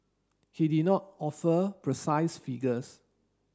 he did not offer precise figures